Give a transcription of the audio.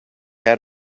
had